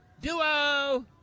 Duo